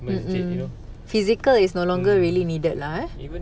masjid you know mm even